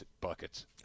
buckets